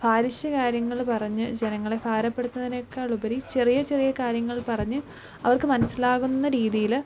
ഭാരിച്ച കാര്യങ്ങൾ പറഞ്ഞ് ജനങ്ങളെ ഭാരപ്പെടുത്തുന്നതിനേക്കാൾ ഉപരി ചെറിയ ചെറിയ കാര്യങ്ങൾ പറഞ്ഞ് അവർക്ക് മനസ്സിലാകുന്ന രീതിയിൽ